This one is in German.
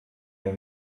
der